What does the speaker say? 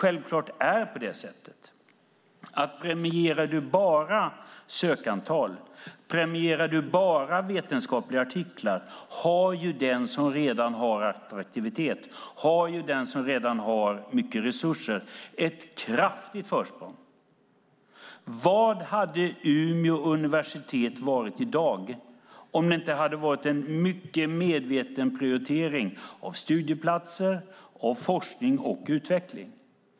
Om du bara premierar sökantal och vetenskapliga artiklar har den som redan är attraktiv och har mycket resurser ett kraftigt försprång. Vad hade Umeå universitet varit i dag om det inte hade skett en mycket medveten prioritering av studieplatser, forskning och utveckling?